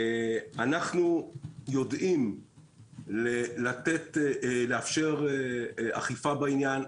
אנו יודעים לאפשר אכיפה בעניין.